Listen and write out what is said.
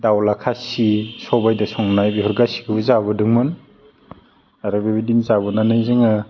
दाउला खासि सबाइदो संनाय बेफोर गासिखौबो जाबोदोंमोन आरो बेबायदिनो जाबोनानै जोङो